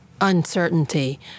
uncertainty